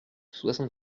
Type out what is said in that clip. soixante